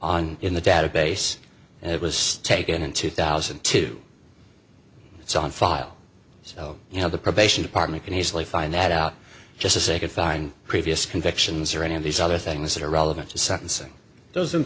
on in the database and it was taken in two thousand and two it's on file so you know the probation department can easily find that out just as they could find previous convictions or any of these other things that are relevant to sentencing those in